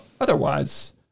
otherwise